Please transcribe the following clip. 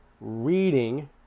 reading